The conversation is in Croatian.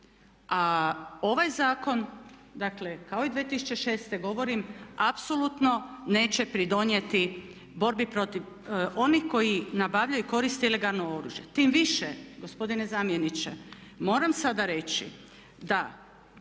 A ovaj zakon kao i 2006.govorim apsolutno neće pridonijeti borbi onih koji nabavljaju i koriste ilegalno oružje, tim više gospodine zamjeniče moram sada reći da